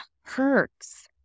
hurts